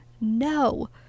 No